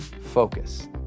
focus